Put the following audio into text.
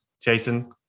Jason